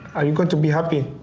are you going to be happy?